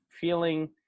feeling